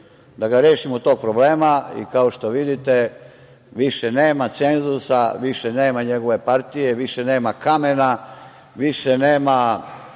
da ga rešimo tog problema. Kao što vidite, više nema cenzusa, više nema njegove partije, više nema kamena, više nema